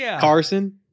Carson